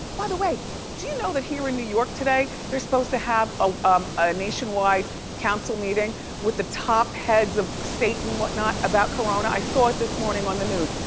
by the way, do you know that here in new york today, they're supposed to have a um ah nationwide council meeting with the top heads of state and what not about corona? i saw it this morning on the news.